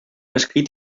escrit